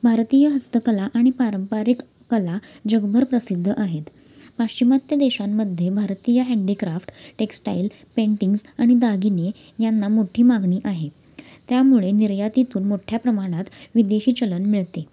भारतीय हस्तकला आणि पारंपरिक कला जगभर प्रसिद्ध आहेत पाश्चिमात्य देशांमध्ये भारतीय हँडीक्राफ्ट टेक्स्टाईल पेंटिंग्स आणि दागिने यांना मोठी मागणी आहे त्यामुळे निर्यातीतून मोठ्या प्रमाणात विदेशी चलन मिळते